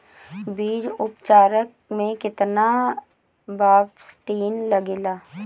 बीज उपचार में केतना बावस्टीन लागेला?